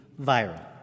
viral